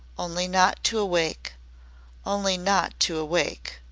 only not to awake only not to awake!